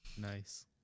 Nice